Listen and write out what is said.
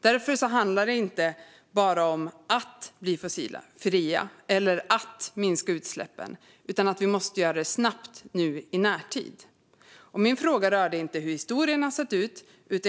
Därför handlar det inte bara om att bli fossilfria eller att minska utsläppen, utan vi måste göra det snabbt i närtid. Min fråga rörde inte hur historien har sett ut.